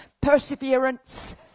Perseverance